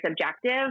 subjective